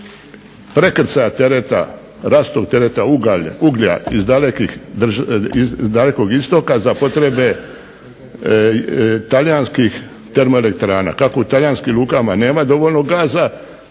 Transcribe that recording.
prekrcaja tereta, rasutog tereta, uglja iz dalekog istoka za potrebe talijanskih termoelektrana. Kako u talijanskim lukama nema dovoljno gaza